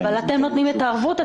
אבל אתם נותנים את הערבות?